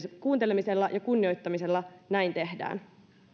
kuuntelemisella ja kunnioittamisella näin tehdään